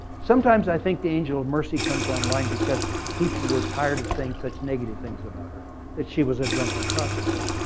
sometimes i think the angel of mercy comes online because people were tired of saying such negative things about her that she was a drunken prostitute.